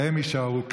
והם יישארו כאן.